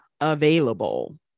available